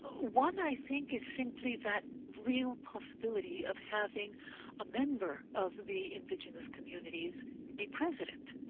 one i think is simply that real possibility of having a member of the indigenous communities be president.